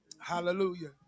Hallelujah